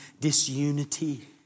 disunity